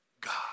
God